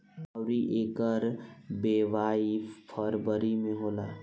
अउर एकर बोवाई फरबरी मे होला